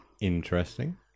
Interesting